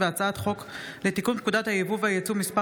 הצעת חוק לתיקון פקודת היבוא והיצוא (מס'